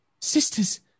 sisters